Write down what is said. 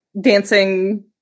dancing